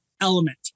element